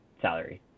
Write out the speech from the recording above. salary